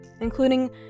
Including